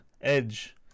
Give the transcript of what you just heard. Edge